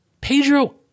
Pedro